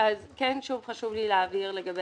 ושהוא הבין שזאת הארכה